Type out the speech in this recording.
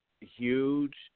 huge